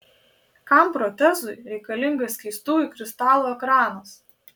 kam protezui reikalingas skystųjų kristalų ekranas